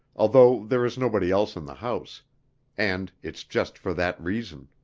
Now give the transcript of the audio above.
although there is nobody else in the house and it's just for that reason.